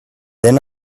then